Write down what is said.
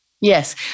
Yes